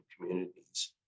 communities